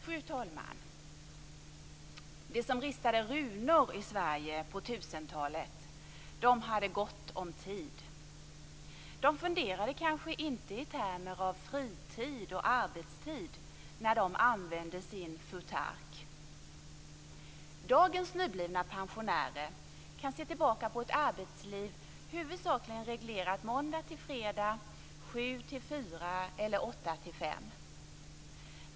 Fru talman! De som ristade runor i Sverige på 1000-talet hade gott om tid. De funderade kanske inte i termer av fritid och arbetstid när de använde sin futhark. Dagens nyblivna pensionärer kan se tillbaka på ett arbetsliv huvudsakligen reglerat måndag till fredag sju till fyra eller åtta till fem.